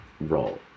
role